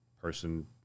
person